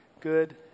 good